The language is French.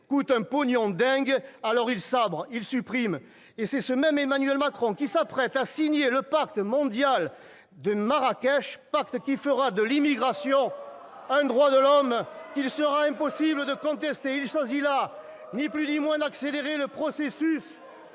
coûtent « un pognon de dingue », il sabre, il supprime ... Et c'est ce même Emmanuel Macron qui s'apprête à signer le Pacte mondial de Marrakech, pacte qui fera de l'immigration un « droit de l'homme » qu'il sera impossible de contester. Ça suffit ! Il s'agit là, ni plus ni moins, d'accélérer le processus